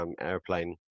airplane